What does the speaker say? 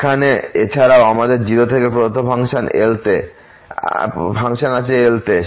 এখানে এছাড়াও আমাদের 0 থেকে প্রদত্ত ফাংশন আছে L তে